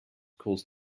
cause